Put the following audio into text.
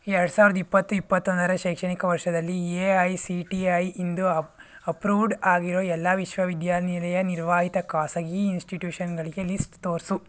ಎರ್ಡು ಸಾವ್ರ್ದ ಇಪ್ಪತ್ತು ಇಪ್ಪತ್ತೊಂದರ ಶೈಕ್ಷಣಿಕ ವರ್ಷದಲ್ಲಿ A I C T I ಇಂದು ಅಪ್ ಅಪ್ರೂವ್ಡ್ ಆಗಿರೋ ಎಲ್ಲ ವಿಶ್ವವಿದ್ಯಾನಿಲಯ ನಿರ್ವಾಹಿತ ಖಾಸಗಿ ಇನ್ಸ್ಟಿಟ್ಯೂಷನ್ಗಳಿಗೆ ಲೀಸ್ಟ್ ತೋರಿಸು